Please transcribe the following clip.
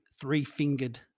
three-fingered